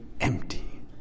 empty